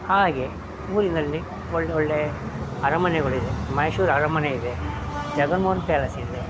ಹಾಗೆ ಊರಿನಲ್ಲಿ ಒಳ್ಳೊಳ್ಳೆ ಅರಮನೆಗಳಿವೆ ಮೈಸೂರು ಅರಮನೆ ಇದೆ ಜಗನ್ಮೋಹನ ಪ್ಯಾಲೇಸ್ ಇದೆ